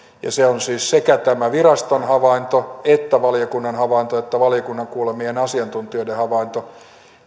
ja se on siis sekä viraston havainto että valiokunnan havainto että valiokunnan kuulemien asiantuntijoiden havainto